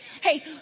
Hey